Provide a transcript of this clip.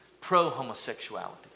pro-homosexuality